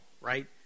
right